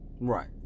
Right